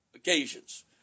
occasions